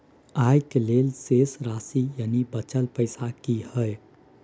आय के लेल शेष राशि यानि बचल पैसा की हय?